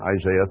Isaiah